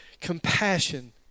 compassion